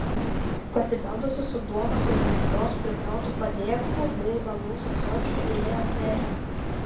pasibeldusi su duonos ir mėsos prikrautu padėklu bei alaus ąsočiu įėjo merė